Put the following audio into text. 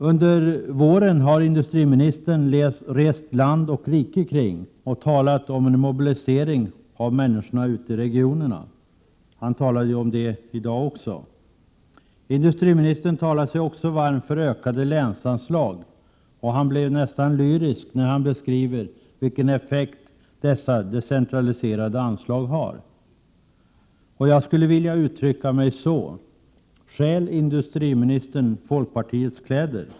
Under våren har industriministern rest land och rike kring och talat om en mobilisering av människorna ute i regionerna — han talade ju om det även i dag. Industriministern talar sig också varm för ökade länsanslag, och han blir nästan lyrisk när han beskriver vilken effekt dessa decentraliserade anslag har. Jag skulle vilja uttrycka mig så: Stjäl industriministern folkpartiets kläder?